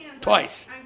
Twice